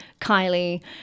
Kylie